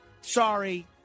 sorry